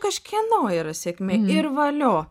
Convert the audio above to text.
kažkieno yra sėkmė ir valio